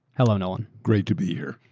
hello, nolan. great to be here,